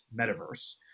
metaverse